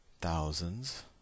thousands